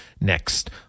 next